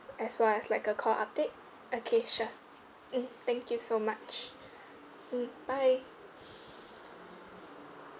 as well as like a call update okay sure mm thank you so much mm bye